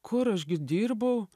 kur aš gi dirbau